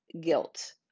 guilt